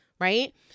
right